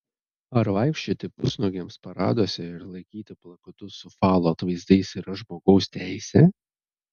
ar vaikščioti pusnuogiams paraduose ir laikyti plakatus su falo atvaizdais yra žmogaus teisė